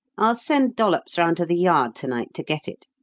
i'll send dollops round to the yard to-night to get it.